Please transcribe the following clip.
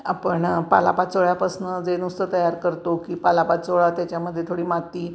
आपण पालापाचोळ्यापासून जे नुसतं तयार करतो की पालापाचोळा त्याच्यामध्ये थोडी माती